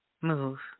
move